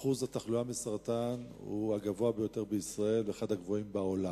שיעור התחלואה בסרטן הוא הגבוה ביותר בישראל ואחד הגבוהים בעולם,